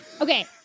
Okay